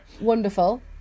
Wonderful